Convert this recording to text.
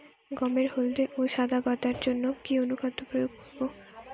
গমের হলদে ও সাদা পাতার জন্য কি অনুখাদ্য প্রয়োগ করব?